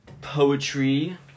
poetry